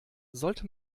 sollte